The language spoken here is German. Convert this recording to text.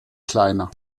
kleiner